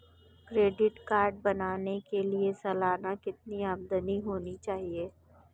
Credit card बनाने के लिए सालाना कितनी आमदनी होनी चाहिए?